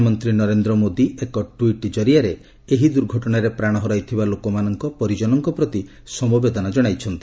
ପ୍ରଧାନମନ୍ତ୍ରୀ ନରେନ୍ଦ୍ର ମୋଦି ଏକ ଟୁଇଟ୍ କରିଆରେ ଏହି ଦୁର୍ଘଟଣାରେ ପ୍ରାଣ ହରାଇଥିବା ଲୋକମାନଙ୍କ ପରିଜନଙ୍କ ପ୍ରତି ସମବେଦନା ଜଣାଇଛନ୍ତି